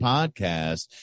Podcast